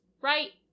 right